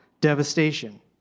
devastation